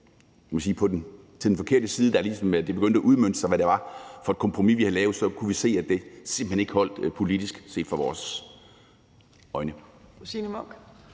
til den forkerte side, da det ligesom begyndte at udmønte sig, hvad det var for et kompromis, vi havde lavet. Set med vores øjne holdt det simpelt hen ikke politisk. Kl. 16:10 Tredje